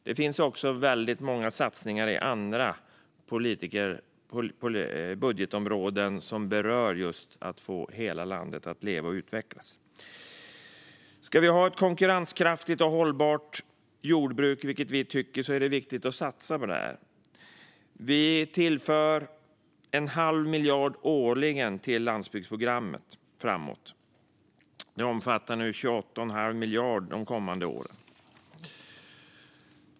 Det finns också väldigt många satsningar på andra budgetområden som berör att få hela landet att leva och utvecklas. Ska vi ha ett konkurrenskraftigt och hållbart jordbruk, vilket vi tycker, är det viktigt att satsa på det här. Vi tillför framöver en halv miljard årligen till landsbygdsprogrammet. Det omfattar nu 28 1⁄2 miljard de kommande åren.